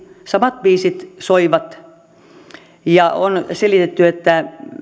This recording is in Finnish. samat biisit soivat on selitetty että